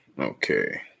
okay